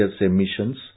emissions